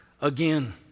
again